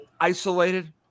isolated